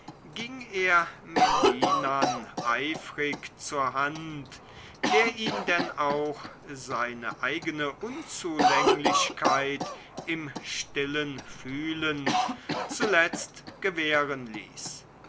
ging er melinan eifrig zur hand der ihn denn auch seine eigene unzulänglichkeit im stillen fühlend zuletzt gewähren ließ